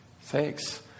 Thanks